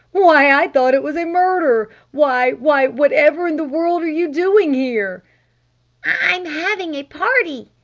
why, i thought it was a murder! why why, whatever in the world are you doing here? i i'm having a party,